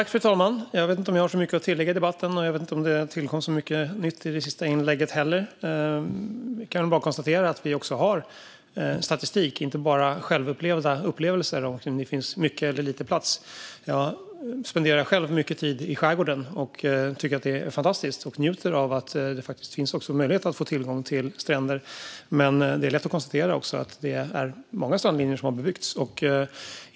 Fru talman! Jag vet inte om jag har så mycket att tillägga i debatten, och jag vet inte heller om det tillkom så mycket nytt i det sista inlägget. Jag kan bara konstatera att vi också har statistik och inte bara självupplevda upplevelser av om det finns mycket eller lite plats. Jag spenderar själv mycket tid i skärgården och tycker att det är fantastiskt och njuter av att det faktiskt finns möjlighet att få tillgång till stränder. Men det är lätt att konstatera att det är många strandlinjer som har bebyggts.